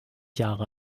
jahre